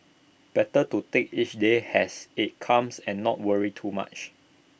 better to take each day has IT comes and not worry too much